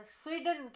sweden